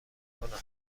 کنم